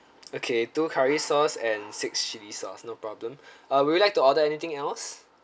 okay two curry sauce and six chili sauce no problem uh would you like to order anything else